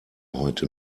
heute